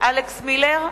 אלכס מילר,